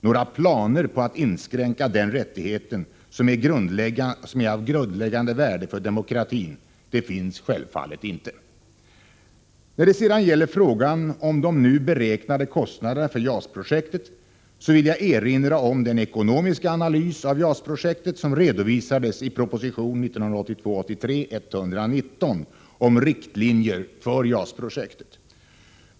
Några planer på att inskränka den rättigheten, som är av grundläggande värde för demokratin, finns självfallet inte. När det sedan gäller frågan om de nu beräknade kostnaderna för JAS-projektet vill jag erinra om den ekonomiska analys av JAS-projektet som redovisades i prop. 1982/83:119 om riktlinjer för JAS-projektet.